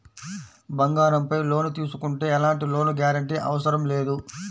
బంగారంపై లోను తీసుకుంటే ఎలాంటి లోను గ్యారంటీ అవసరం లేదు